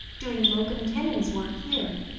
doing locum tenens work here.